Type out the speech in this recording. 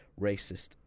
racist